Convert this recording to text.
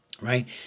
right